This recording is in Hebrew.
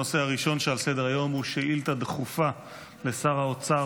הנושא הראשון שעל סדר-היום הוא שאילתה דחופה לשר האוצר